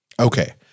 Okay